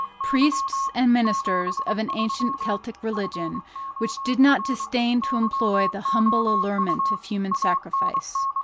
priests and ministers of an ancient celtic religion which did not disdain to employ the humble allurement of human sacrifice.